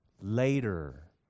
Later